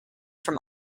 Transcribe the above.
from